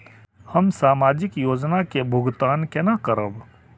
हम सामाजिक योजना के भुगतान केना करब?